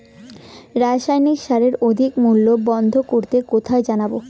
রাসায়নিক সারের অধিক মূল্য বন্ধ করতে কোথায় জানাবো?